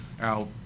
out